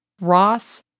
Ross